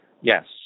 Yes